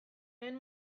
lehen